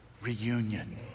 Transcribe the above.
Reunion